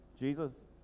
Jesus